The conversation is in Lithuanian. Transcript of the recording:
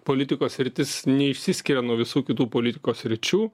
politikos sritis neišsiskiria nuo visų kitų politikos sričių